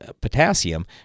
potassium